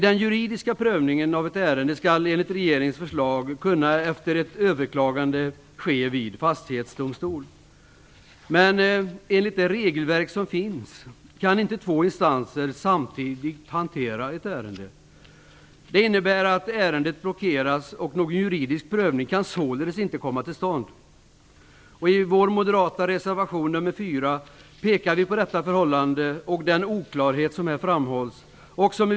Den juridiska prövningen av ett ärende skall enligt regeringens förslag kunna ske vid fastighetsdomstol efter ett överklagande. Men enligt det regelverk som finns kan inte två instanser samtidigt hantera ett ärende. Detta innebär att ärendet blockeras, och någon juridisk prövning således inte kan komma till stånd. I vår moderata reservation nr 4 pekar vi på detta förhållande och den oklarhet som här framhålls.